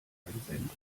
einsenden